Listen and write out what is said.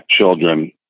children